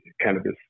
cannabis